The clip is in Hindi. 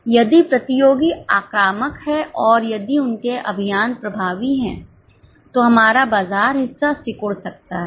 इसलिए यदि प्रतियोगी आक्रामक हैं और यदि उनके अभियान प्रभावी हैं तो हमारा बाजार हिस्सा सिकुड़ सकता है